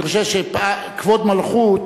אני חושב שכבוד מלכות